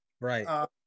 Right